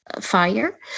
fire